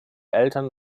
eltern